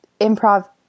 improv